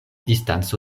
distanco